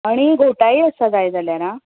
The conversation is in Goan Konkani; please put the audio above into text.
आनी घोटांय आसा जाय जाल्यार आ